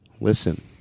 Listen